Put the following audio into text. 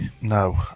No